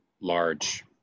large